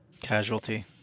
Casualty